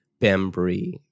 Bembry